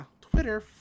twitter